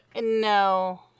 No